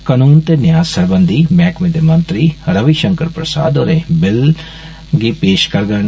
कनून ते न्यां सरबंधी मैहकमे दे मंत्री रविषंकर प्रसाद होर बिल गी देष करङन